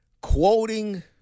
quoting